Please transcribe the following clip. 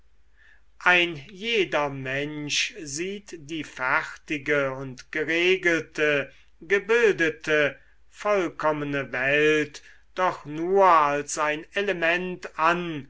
ein jeder mensch sieht die fertige und geregelte gebildete vollkommene welt doch nur als ein element an